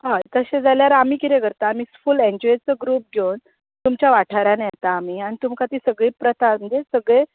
हय तशें जाल्यार आमी कितें करता आमी फुल एनजीओचो ग्रुप घेवन तुमच्या वाठारांत येता आमी आनी तुमकां ती सगळी प्रथा म्हणजे सगळें